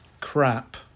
crap